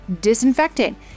disinfectant